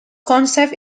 concept